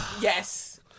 Yes